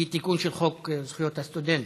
היא תיקון של חוק זכויות הסטודנט,